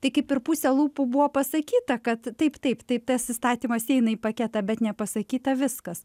tai kaip ir puse lūpų buvo pasakyta kad taip taip taip tas įstatymas įeina į paketą bet nepasakyta viskas